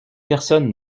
personne